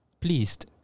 pleased